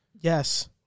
Yes